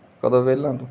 ਕਦੋਂ ਵਿਹਲਾ